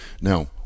Now